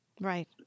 Right